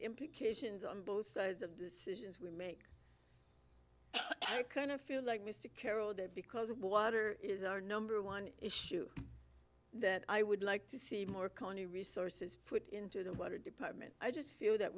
implications on both sides of decisions we make i kind of feel like mr carroll that because water is our number one issue that i would like to see more county resources put into the water department i just feel that